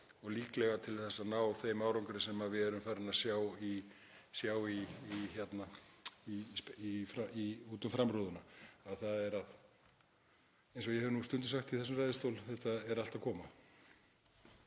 og líklega til að ná þeim árangri sem við erum farin að sjá í út um framrúðuna. Eins og ég hef nú stundum sagt í þessum ræðustól: Þetta er allt að koma.